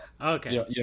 okay